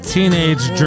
Teenage